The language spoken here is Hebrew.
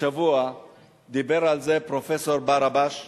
השבוע דיבר על זה פרופסור ברבש מ"איכילוב",